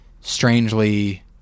strangely